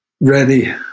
Ready